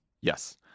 Yes